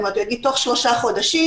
הוא יגיד: בתוך שלושה חודשים,